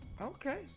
Okay